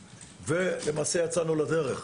ולמעשה, יצאנו לדרך.